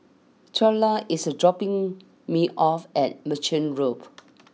Twyla is dropping me off at Merchant Loop